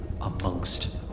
amongst